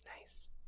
Nice